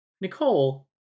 Nicole